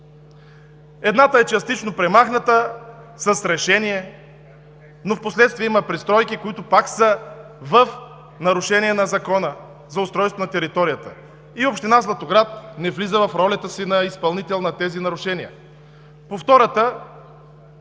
Едната е частично премахната с решение, но впоследствие има пристройки, които пак са в нарушение на Закона за устройство на територията и община Златоград не влиза в ролята си на изпълнител на тези нарушения.